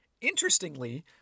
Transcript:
Interestingly